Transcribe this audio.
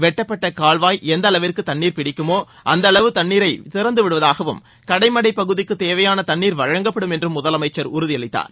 வெட்டப்பட்ட கால்வாய் எந்த அளவிற்கு தண்ணீர் பிடிக்குமோ அந்த அளவுக்கு தண்ணீரை திறந்துவிடுவதாகவும் கடைமளடப் பகுதிக்கு தேவையாள தண்ணீர் வழங்கப்படும் என்றும் முதலமைச்சர் உறுதியளித்தார்